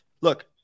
Look